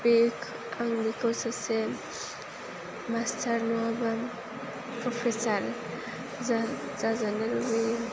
बे आं बेखौ सासे मास्टार नङाब्ला प्रफेसार जा जाजानो लुगैयो